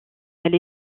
elle